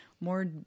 more